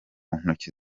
ntoki